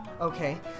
Okay